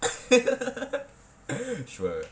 sure